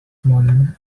morning